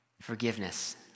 Forgiveness